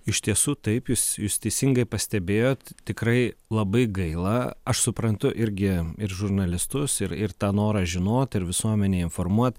iš tiesų taip jūs jūs teisingai pastebėjot tikrai labai gaila aš suprantu irgi ir žurnalistus ir ir tą norą žinot ir visuomenę informuot